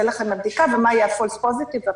לך בבדיקה ומה יהיה ה"פולס פוזיטיב".